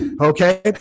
Okay